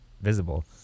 visible